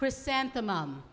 chrysanthemum